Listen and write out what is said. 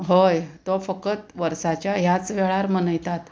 हय तो फकत वर्साच्या ह्याच वेळार मनयतात